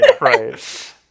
right